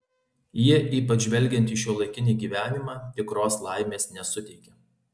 jie ypač žvelgiant į šiuolaikinį gyvenimą tikros laimės nesuteikia